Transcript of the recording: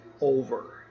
over